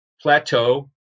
plateau